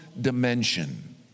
dimension